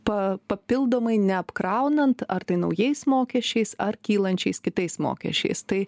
pa papildomai neapkraunant ar tai naujais mokesčiais ar kylančiais kitais mokesčiais tai